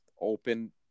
open